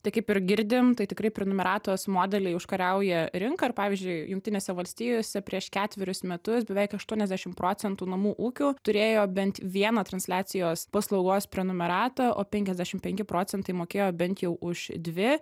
tai kaip ir girdim tai tikrai prenumeratos modeliai užkariauja rinką ir pavyzdžiui jungtinėse valstijose prieš ketverius metus beveik aštuoniasdešimt procentų namų ūkių turėjo bent vieną transliacijos paslaugos prenumeratą o penkiasdešimt penki procentai mokėjo bent jau už dvi